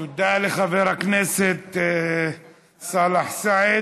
תודה לחבר הכנסת סאלח סעד.